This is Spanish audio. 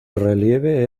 relieve